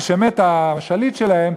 כשמת השליט שלהם,